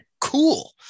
cool